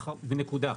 ונקודה.